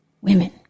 Women